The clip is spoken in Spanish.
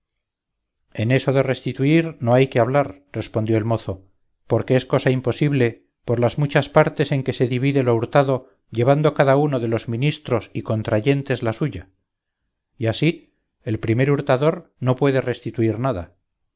eso de restituir no hay que hablar respondió el mozo porque es cosa imposible por las muchas partes en que se divide lo hurtado llevando cada uno de los ministros y contrayentes la suya y así el primer hurtador no puede restituir nada